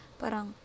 parang